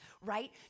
right